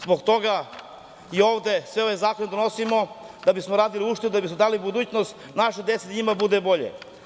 Zbog toga i ovde sve ove zakone donosimo da bismo radili uštedu, da bismo dali budućnost našoj deci, da njima bude bolje.